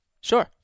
Sure